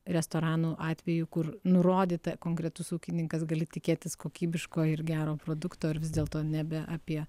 restoranų atveju kur nurodyta konkretus ūkininkas gali tikėtis kokybiško ir gero produkto ar vis dėlto nebe apie